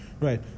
right